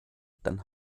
dann